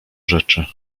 rzeczy